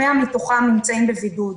100 מתוכם נמצאים בבידוד.